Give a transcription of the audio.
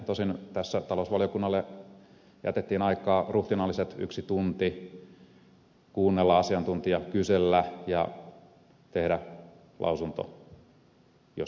tosin tässä talousvaliokunnalle jätettiin aikaa ruhtinaallinen yksi tunti kuunnella asiantuntijaa kysellä ja tehdä lausunto jos näin olisi haluttu